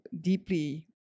deeply